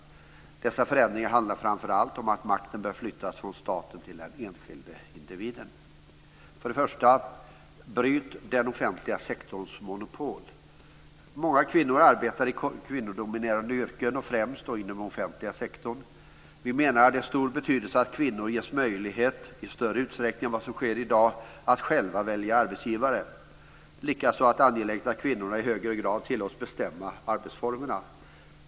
Dessa förändringar handlar framför allt om att makten bör flyttas från staten till den enskilde individen. För det första: Bryt den offentliga sektorns monopol. Många kvinnor arbetar i kvinnodominerade yrken, och främst då inom den offentliga sektorn. Vi menar att det har stor betydelse att kvinnor i större utsträckning än vad som sker i dag ges möjlighet att själva välja arbetsgivare. Likaså är det angeläget att kvinnorna i högre grad tillåts bestämma arbetsformerna.